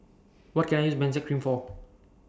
What Can I use Benzac Cream For